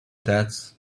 that